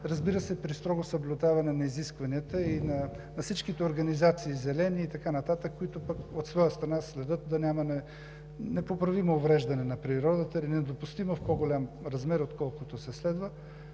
разбира се, при строго съблюдаване на изискванията на всичките организации – зелени и така нататък, които пък от своя страна следят да нямаме непоправимо увреждане на природата или недопустимо в по-голям размер, отколкото се следва.